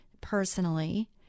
personally